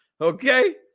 okay